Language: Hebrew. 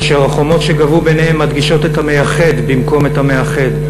אשר החומות שגבהו ביניהם מדגישות את המייחד במקום את המאחד.